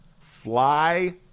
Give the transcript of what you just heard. Fly